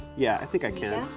yeah, i think i can,